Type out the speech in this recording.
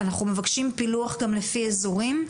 אנחנו מבקשים פילוח גם לפי אזורים,